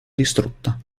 distrutta